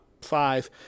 five